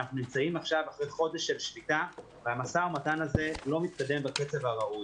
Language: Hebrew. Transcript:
אנחנו עכשיו אחרי חודש של שביתה והמשא ומתן הזה לא מתקדם בקצב הראוי.